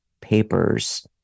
papers